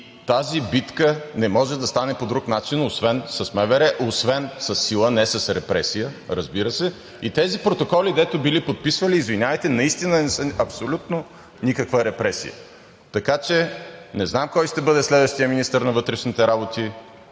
тази битка не може да стане по друг начин, освен с МВР, освен със сила – не с репресия, разбира се. И тези протоколи, дето били подписвали, извинявайте, наистина не са абсолютно никаква репресия! Така че не знам кой ще бъде следващият министър на вътрешните работи,